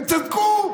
הם צדקו,